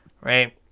Right